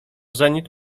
zenit